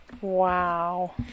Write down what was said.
Wow